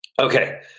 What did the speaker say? okay